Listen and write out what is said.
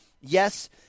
yes